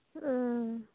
ᱚᱻ